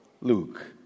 Luke